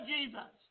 Jesus